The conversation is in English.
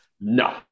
No